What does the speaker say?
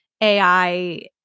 AI